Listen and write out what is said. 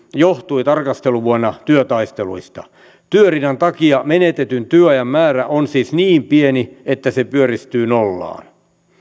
johtui työtaisteluista työriidan takia menetetyn työajan määrä on siis niin pieni että se pyöristyy nollaan